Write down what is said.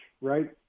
right